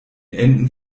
enden